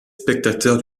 spectateurs